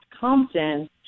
Compton